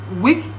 weak